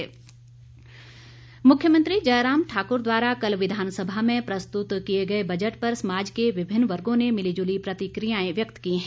budget प्रतिक्रिया मुख्यमंत्री जयराम ठाकुर द्वारा कल विधानसभा में प्रस्तुत किए गए बजट पर समाज के विभिन्न वर्गों ने मिलीजुली प्रतिक्रियाएं व्यक्त की हैं